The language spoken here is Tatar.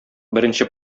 беренче